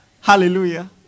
Hallelujah